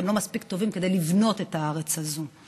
אתם לא מספיק טובים כדי לבנות את הארץ הזו.